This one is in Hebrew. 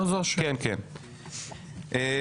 יש